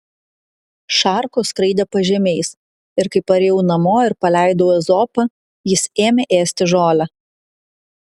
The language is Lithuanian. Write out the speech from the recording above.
šarkos skraidė pažemiais ir kai parėjau namo ir paleidau ezopą jis ėmė ėsti žolę